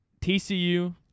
TCU